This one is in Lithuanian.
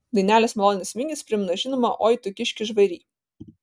dainelės melodinis vingis primena žinomą oi tu kiški žvairy